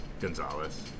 Gonzalez